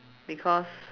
because